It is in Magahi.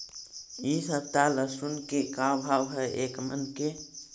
इ सप्ताह लहसुन के का भाव है एक मन के?